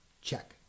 check